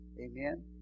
Amen